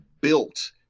built